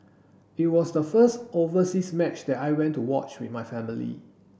it was the first overseas match that I went to watch with my family